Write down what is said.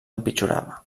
empitjorava